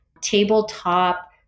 tabletop